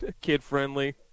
kid-friendly